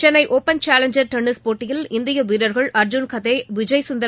Chennai open challenger tennis போட்டியில் இந்திய வீரர்கள் அர்ஜுன் கதே விஜய் சுந்தர்